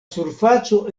surfaco